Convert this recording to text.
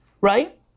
right